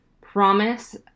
promise